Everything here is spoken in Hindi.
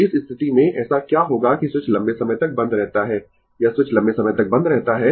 तो इस स्थिति में ऐसा क्या होगा कि स्विच लंबे समय तक बंद रहता है यह स्विच लंबे समय तक बंद रहता है